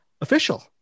official